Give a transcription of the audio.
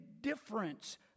difference